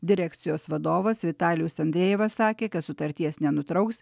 direkcijos vadovas vitalijus andrejevas sakė kad sutarties nenutrauks